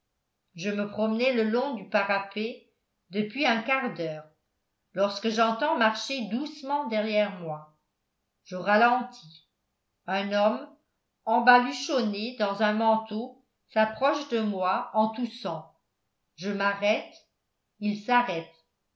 je me promenais le long du parapet depuis un quart d'heure lorsque j'entends marcher doucement derrière moi je ralentis un homme embaluchonné dans un manteau s'approche de moi en toussant je m'arrête il s'arrête